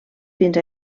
fins